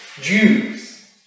Jews